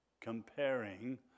comparing